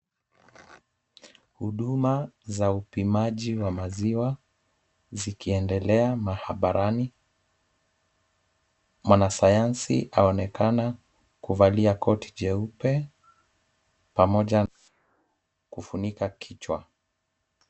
Huduma za upimaji wa maziwa zikiendelea maabarani. Mwanasayansi aonekana kuvalia koti jeupe pamoja na kufunika kichwa.